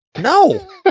No